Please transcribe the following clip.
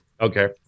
Okay